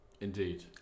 indeed